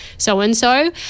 so-and-so